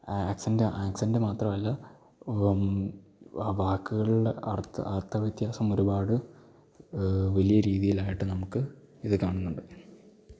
accent accent മാത്രവല്ല ആ വാക്കുകളുടെ അർത്ഥ അർത്ഥ വ്യത്യാസമൊരുപാട് വലിയ രീതിയിലായിട്ട് നമുക്ക് ഇത് കാണുന്നുണ്ട്